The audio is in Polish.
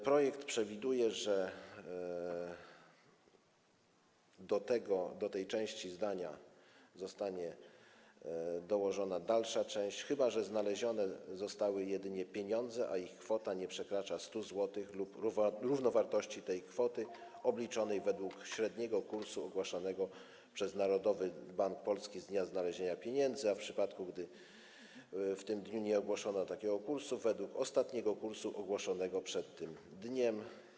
Projekt przewiduje, że do tej części zdania zostanie dołożona dalsza część, chyba że znalezione zostały jedynie pieniądze, a ich kwota nie przekracza 100 zł lub równowartości tej kwoty obliczonej według średniego kursu ogłaszanego przez Narodowy Bank Polski z dnia znalezienia pieniędzy, a w przypadku gdy w tym dniu nie ogłoszono takiego kursu, według ostatniego kursu ogłoszonego przed tym dniem.